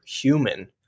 human